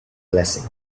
blessing